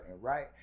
right